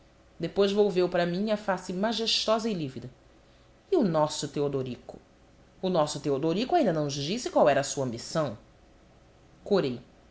depois volveu para mim a face majestosa e lívida e o nosso teodorico o nosso teodorico ainda não nos disse qual era a sua ambição corei